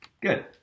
good